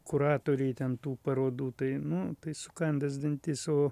kuratoriai ten tų parodų tai nu tai sukandęs dantis o